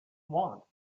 want